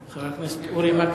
חבר הכנסת אורי מקלב?